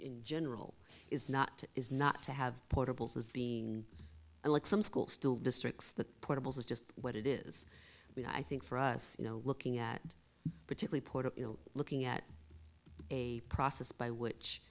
in general is not is not to have portables as being like some schools still districts that portables is just what it is i think for us you know looking at a particular point of looking at a process by which